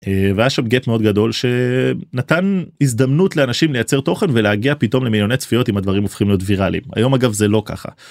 והיה שם גט מאוד גדול שנתן הזדמנות לאנשים לייצר תוכן ולהגיע פתאום למיליוני צפיות אם הדברים הופכים להיות ויראלים. היום אגב זה לא ככה.